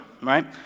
right